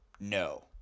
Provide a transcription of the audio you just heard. no